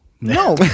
No